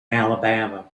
alabama